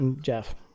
Jeff